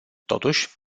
totuși